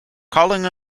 calling